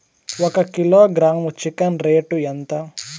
ఒక kilogram chicken rate ఎంత?